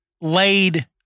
laid